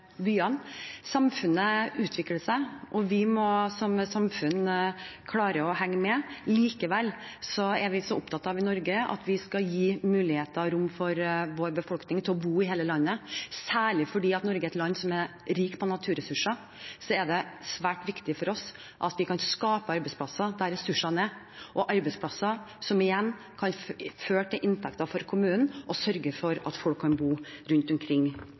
byene. Samfunnet utvikler seg, og vi må som samfunn klare å henge med. Likevel er vi så opptatt av i Norge at vi skal gi mulighet og rom for vår befolkning til å bo i hele landet, særlig fordi Norge er et land som er rikt på naturressurser. Det er svært viktig for oss at vi kan skape arbeidsplasser der ressursene er – arbeidsplasser som igjen kan føre til inntekter til kommunen og sørge for at folk kan bo rundt omkring